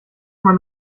man